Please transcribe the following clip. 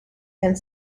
and